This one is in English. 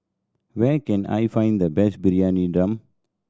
where can I find the best Briyani Dum